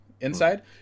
inside